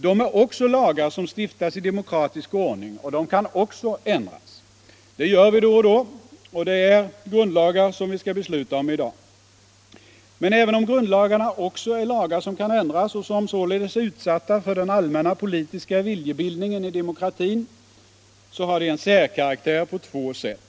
De är lagar som stiftas i demokratisk ord Fredagen den ning och de kan också ändras. Det gör vi då och då, och det är grundlagar 4 juni 1976 som vi skall besluta om i dag. Men även om grundlagarna också är LL lagar som kan ändras och som således är utsatta för den allmänna politiska — Frioch rättigheter i viljebildningen i demokratin, så har de en särkaraktär på två sätt.